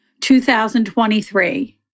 2023